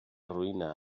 roïna